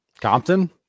Compton